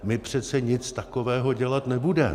My přece nic takového dělat nebudeme.